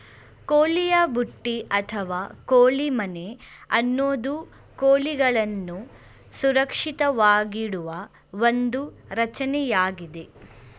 ಕೋಳಿಯ ಬುಟ್ಟಿ ಅಥವಾ ಕೋಳಿ ಮನೆ ಅನ್ನೋದು ಕೋಳಿಗಳನ್ನು ಸುರಕ್ಷಿತವಾಗಿಡುವ ಒಂದು ರಚನೆಯಾಗಿದೆ